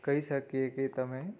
કહી શકીએ કે તમે